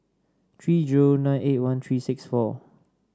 three zero nine eight one three six four